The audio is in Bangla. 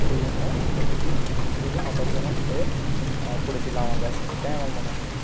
সেই জন্য এটি বিশেষভাবে হতাশজনক হয়ে পড়েছিল আমার কাছে এটাই মনে হয়